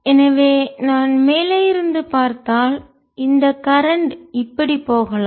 எனவே நான் மேலே இருந்து பார்த்தால் இந்த கரண்ட்மின்னோட்டம் இப்படி போகலாம்